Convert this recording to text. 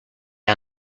are